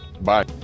Bye